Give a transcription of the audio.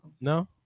No